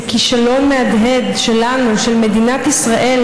זה כישלון מהדהד שלנו, של מדינת ישראל,